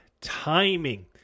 timing